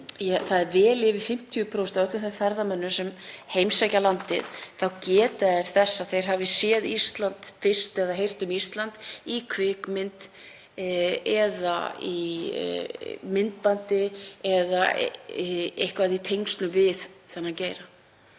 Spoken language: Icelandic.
að vel yfir 50% af öllum þeim ferðamönnum sem heimsækja landið geta þess að þeir hafi séð Ísland fyrst eða heyrt um Ísland í kvikmynd eða í myndbandi eða eitthvað í tengslum við þennan geira.